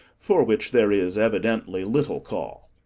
for which there is evidently little call.